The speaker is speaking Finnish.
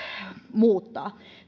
muuttaa